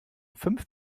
fünf